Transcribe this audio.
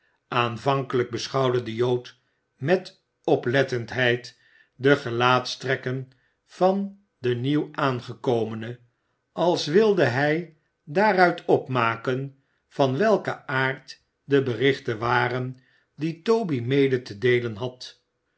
aanvankelijk beschouwde de jood met oplettendheid de gelaatstrekken van den nieuw aangekomene als wi de hij daaruit opmaken van welken aard de berichten waren die toby mede te deelen had